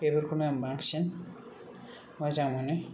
बेफोरखौ नायनो बांसिन मोजां मोनो